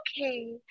okay